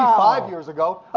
five years ago.